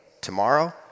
tomorrow